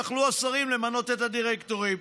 יכלו השרים למנות את הדירקטורים.